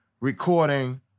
recording